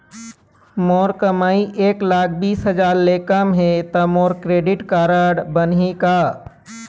मोर कमाई एक लाख बीस हजार ले कम हे त मोर क्रेडिट कारड बनही का?